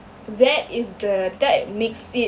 that is the that makes it